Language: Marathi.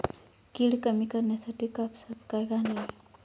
कीड कमी करण्यासाठी कापसात काय घालावे?